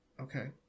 Okay